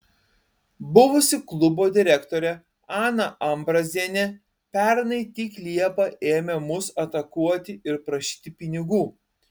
buvusi klubo direktorė ana ambrazienė pernai tik liepą ėmė mus atakuoti ir prašyti pinigų